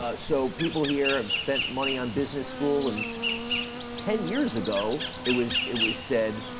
ah so people here have spent money on business school and ten years ago it was it was said